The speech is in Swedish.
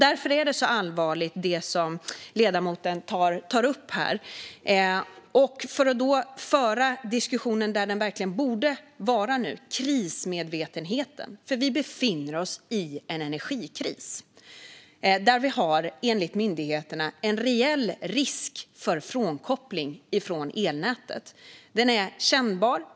Därför är det som ledamoten tar upp så allvarligt. Diskussionen borde nu verkligen gälla krismedvetenheten. Vi befinner oss i en energikris och har enligt myndigheterna en reell risk för frånkoppling från elnätet. Detta är kännbart.